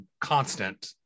constant